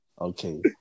okay